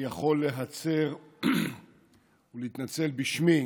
אני יכול להצר ולהתנצל בשמי